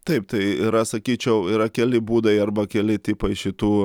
taip tai yra sakyčiau yra keli būdai arba keli tipai šitų